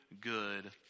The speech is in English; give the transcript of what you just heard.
good